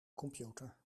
computer